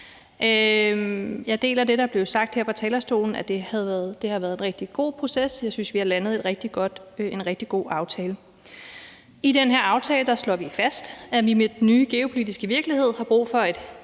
Jeg deler det, der blev sagt her fra talerstolen, med, at det har været en rigtig god proces. Jeg synes, vi har landet en rigtig god aftale. I den her aftale slår vi fast, at vi med den nye geopolitiske virkelighed har brug for et